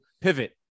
pivot